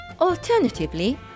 Alternatively